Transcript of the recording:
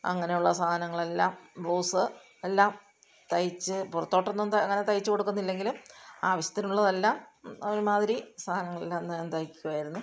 അങ്ങനെയുള്ള സാധനങ്ങളെല്ലാം ബ്ലൗസ് എല്ലാം തയ്ച്ചു പുറത്തോട്ടൊന്നും ത അങ്ങനെ തയ്ച്ചു കൊടുക്കുന്നില്ലെങ്കിലും ആവശ്യത്തിനുള്ളതെല്ലാം ഒരുമാതിരി സാധനങ്ങളെല്ലാം ഞാൻ തയ്ക്കുമായിരുന്നു